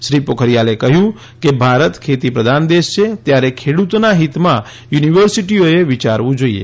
શ્રી પોખરીયાલે કહ્યું કે ભારત ખેતીપ્રદાન દેશ છે ત્યારે ખેડૂતોના હીતમાં યુનિવર્સિટીઓએ વિયારવું જોઇએ